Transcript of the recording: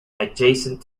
adjacent